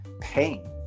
pain